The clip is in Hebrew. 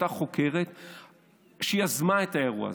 אותה חוקרת שיזמה את האירוע הזה,